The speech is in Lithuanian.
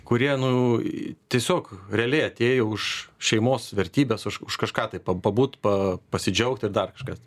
kurie nu tiesiog realiai atėjo už šeimos vertybes už kažką tai pabūt pa pasidžiaugt ir dar kažkas